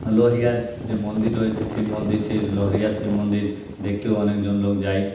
লোহিয়ার যে মন্দির রয়েছে সেই মন্দির সেই লোহিয়ার সেই মন্দির দেখতেও অনেকজন লোক যায়